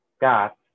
got